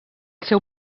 seu